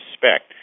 suspect